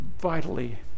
vitally